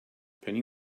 penny